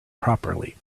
properly